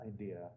idea